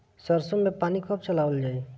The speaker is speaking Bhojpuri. सरसो में पानी कब चलावल जाई?